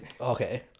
Okay